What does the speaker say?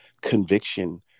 conviction